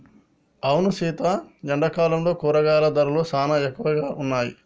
అవును సీత ఎండాకాలంలో కూరగాయల ధరలు సానా ఎక్కువగా ఉన్నాయి